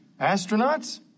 astronauts